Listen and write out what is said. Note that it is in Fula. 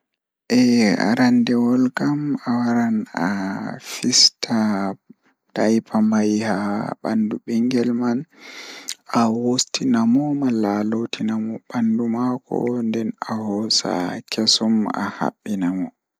Eh aranndewol kam awaran a fista foti naatude pañali e hoore baby. Foti hokke ko ɓuri nafaade, naatude pañali ngal so aɗa waawi. Naftu yaaɓde ko fow, wi'ude ndiyam ngal ngam. Kammunde ɗum to wujjooje